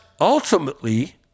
ultimately